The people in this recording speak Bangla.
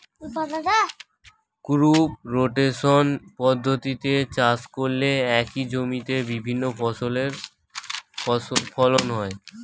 ক্রপ রোটেশন পদ্ধতিতে চাষ করলে একই জমিতে বিভিন্ন ফসলের ফলন হয়